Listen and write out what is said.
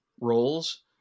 roles